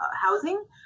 housing